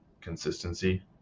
consistency